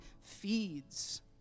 feeds